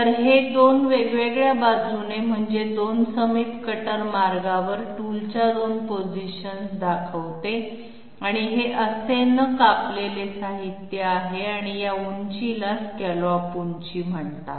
तर हे दोन वेगवेगळ्या बाजूने म्हणजे दोन समीप कटर मार्गाने टूलच्या दोन पोझिशन्स दाखवते आणि हे असे न कापलेले साहित्य आहे आणि या उंचीला स्कॅलॉप उंची म्हणतात